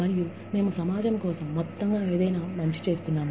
మరియు మేము మొత్తం సమాజానికి ఏదైనా మంచి చేస్తున్నాము